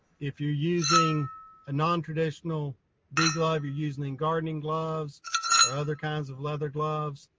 if you're using a nontraditional bee glove, you're using gardening gloves or other kinds of leather gloves.